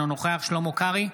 אינו נוכח שלמה קרעי,